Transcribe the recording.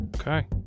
Okay